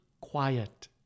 quiet